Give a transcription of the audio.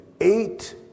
eight